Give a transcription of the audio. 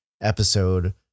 episode